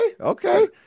okay